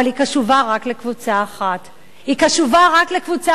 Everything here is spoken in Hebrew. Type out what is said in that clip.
אבל היא קשובה רק לקבוצה אחת: היא קשובה רק לקבוצה